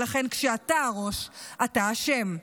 ולכן כשאתה הראש אתה אשם.